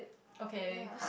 okay